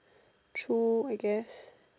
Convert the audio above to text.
true I guess